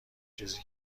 چیزی